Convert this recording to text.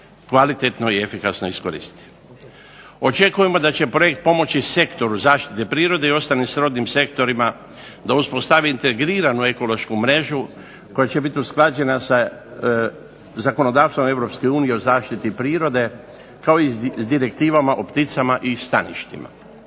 kvalitetno i efikasno iskoristiti. Očekujemo da će projekt pomoći sektoru zaštite prirode i ostalim srodnim sektorima da uspostavi integriranu ekološku mrežu, koja će biti usklađena sa zakonodavstvom Europske unije o zaštiti prirode, kao i s direktivama o pticama i staništima.